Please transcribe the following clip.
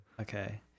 okay